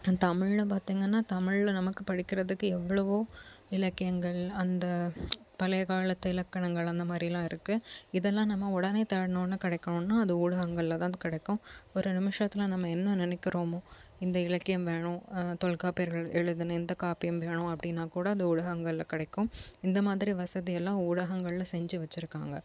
தமிழ்ல பார்த்திங்கன்னா தமிழ்ல நமக்கு படிக்கிறதுக்கு எவ்வளவோ இலக்கியங்கள் அந்த பலைய காலத்து இலக்கணங்கள் அந்தமாதிரிலாம் இருக்குது இதெலாம் நம்ம உடனே தேடுனோம்ன கிடைக்கணும்னா அது ஊடகங்கள்ல தான் அது கிடைக்கும் ஒரு நிமிஷத்துல நம்ம என்ன நினைக்குறோமோ இந்த இலக்கியம் வேணும் தொல்காப்பியர்கள் எழுதுன இந்த காப்பியம் வேணும் அப்படினா கூட அந்த ஊடகங்கள்ல கிடைக்கும் இந்தமாதிரி வசதி எல்லாம் ஊடகங்கள்ல செஞ்சி வச்சிருக்காங்கள்